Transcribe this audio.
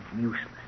useless